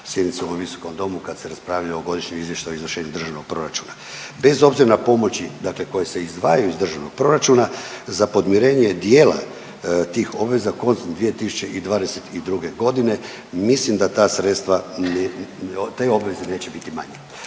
sjednici u ovom visokom domu kad se raspravljao Godišnji izvještaj o izvršenju Državnog proračuna. Bez obzira na pomoći dakle koje se izdvajaju iz Državnog proračuna za podmirenje dijela tih obveza koncem 2022. godine mislim da ta sredstva, te obveze neće biti manje.